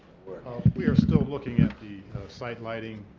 we are still looking at the site lighting.